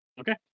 Okay